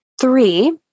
Three